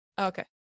Okay